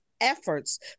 efforts